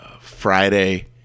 Friday